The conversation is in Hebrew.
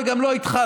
וגם לא איתך.